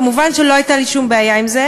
מובן שלא הייתה לי שום בעיה עם זה,